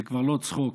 זה כבר לא צחוק.